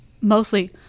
mostly